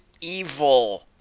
Evil